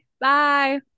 Bye